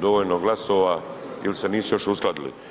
dovoljno glasova ili se nisu još uskladili.